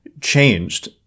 changed